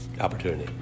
opportunity